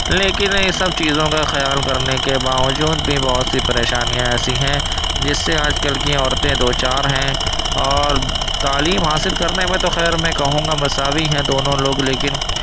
لیکن یہ سب چیزوں کا خیال کرنے کے باوجود بھی بہت سی پریشانیاں ایسی ہیں جس سے آج کل کی عورتیں دو چار ہیں اور تعلیم حاصل کرنے میں تو خیر میں کہوں گا مساوی ہیں دونوں لوگ لیکن